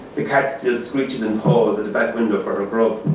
the cat still screeches and claws at the back window for her grub.